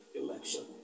election